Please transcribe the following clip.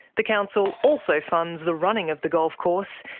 the council also funds the running of the golf course,